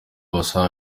basaba